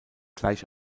gleich